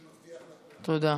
תודה.